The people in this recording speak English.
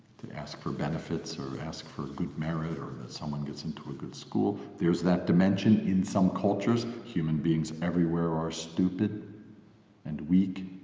to ask for benefits, or ask for a good merit, or that someone gets into a good school there's that dimension in some cultures. human beings everywhere are stupid and weak!